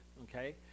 okay